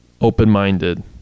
open-minded